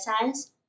Science